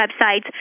websites